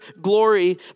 glory